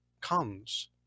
comes